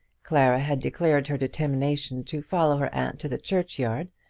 clara had declared her determination to follow her aunt to the churchyard,